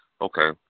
Okay